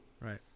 Right